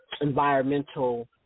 environmental